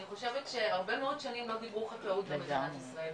אני חושבת שהרבה מאוד שנים לא דיברו חקלאות במדינת ישראל.